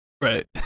Right